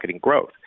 growth